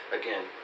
again